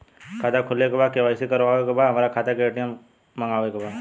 खाता खोले के बा के.वाइ.सी करावे के बा हमरे खाता के ए.टी.एम मगावे के बा?